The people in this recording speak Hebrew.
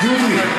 פריג'.